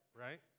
right